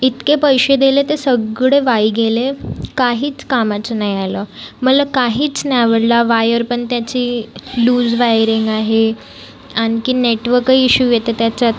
इतके पैसे दिले ते सगळे वाई गेले काहीच कामाचं नाही राहिलं मला काहीच नाही आवडलं वायरपण त्याची लूज वायरिंग आहे आणखीन नेटवकही इश्यू येतो त्याच्यात